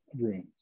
rooms